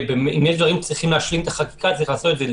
ואם יש דברים שצריכים להשלים את החקיקה אז צריך לעשות את זה,